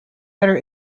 better